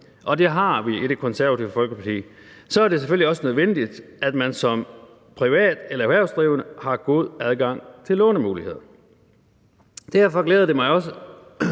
og det har vi i Det Konservative Folkeparti – er det selvfølgelig også nødvendigt, at man som privat eller erhvervsdrivende har god adgang til lånemuligheder. Derfor glæder det mig også,